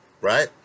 right